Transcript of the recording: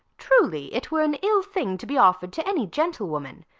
truly it were an ill thing to be offered to any gentlewoman,